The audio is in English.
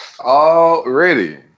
Already